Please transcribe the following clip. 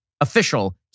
official